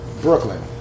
Brooklyn